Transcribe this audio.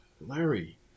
Larry